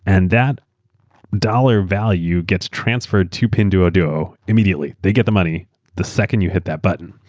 and that dollar value gets transferred to pinduoduo immediately. they get the money the second you hit that button.